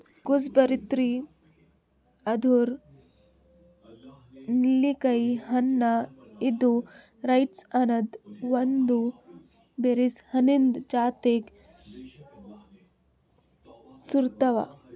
gooseberry ಅಂದುರ್ ನೆಲ್ಲಿಕಾಯಿ ಹಣ್ಣ ಇದು ರೈಬ್ಸ್ ಅನದ್ ಒಂದ್ ಬೆರೀಸ್ ಹಣ್ಣಿಂದ್ ಜಾತಿಗ್ ಸೇರ್ತಾವ್